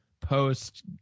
post